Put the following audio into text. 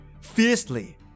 Fiercely